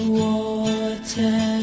water